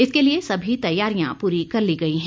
इसके लिए सभी तैयारियां पूरी कर ली गई हैं